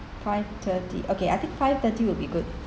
five thirty okay I think five thirty will be good